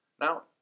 Now